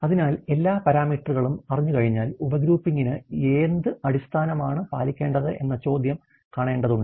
അതിനാൽ എല്ലാ പാരാമീറ്ററുകളും അറിഞ്ഞുകഴിഞ്ഞാൽ ഉപഗ്രൂപ്പിംഗിന് എന്ത് അടിസ്ഥാനമാണ് പാലിക്കേണ്ടത് എന്ന ചോദ്യം കാണേണ്ടതുണ്ട്